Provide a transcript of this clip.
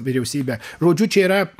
vyriausybę žodžiu čia yra